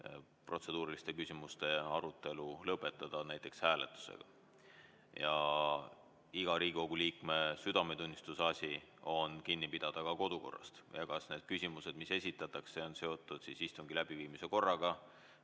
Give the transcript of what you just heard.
protseduuriliste küsimuste arutelu lõpetada näiteks hääletusega. Iga Riigikogu liikme südametunnistuse asi on kinni pidada ka kodukorrast. Kas need küsimused, mis esitatakse, on seotud istungi läbiviimise korraga